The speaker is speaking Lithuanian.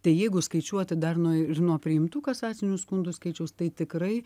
tai jeigu skaičiuoti dar nuo nuo priimtų kasacinių skundų skaičiaus tai tikrai